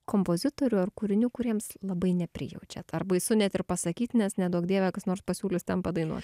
kompozitorių ar kūrinių kuriems labai neprijaučiat ar baisu net ir pasakyt nes neduok dieve kas nors pasiūlys ten padainuot